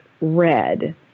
red